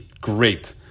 Great